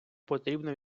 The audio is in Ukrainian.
потрібно